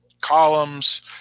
columns